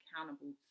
accountable